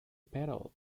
pedal